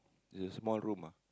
it's a small room ah